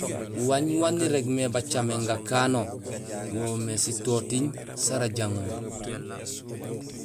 Waañ waan irégmé gacaméén gakano wo woomé sitoting sara jaŋoor